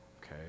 Okay